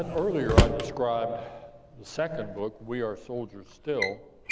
and earlier, i described the second book, we are soldiers still,